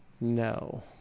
No